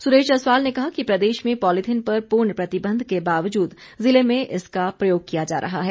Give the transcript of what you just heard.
सुरेश जसवाल ने कहा कि प्रदेश में पॉलिथीन पर पूर्ण प्रतिबंध के बावजूद जिले में इसका प्रयोग किया जा रहा है